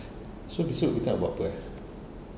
so besok kita nak buat apa eh